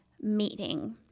meeting